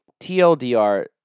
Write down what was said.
TLDR